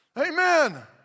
Amen